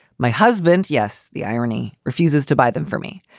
my husband. yes. the irony refuses to buy them for me.